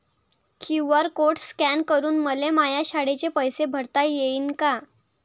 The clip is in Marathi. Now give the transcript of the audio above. क्यू.आर कोड स्कॅन करून मले माया शाळेचे पैसे भरता येईन का?